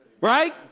Right